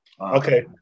Okay